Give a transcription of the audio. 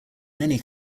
many